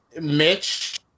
Mitch